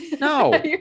No